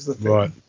right